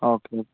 okay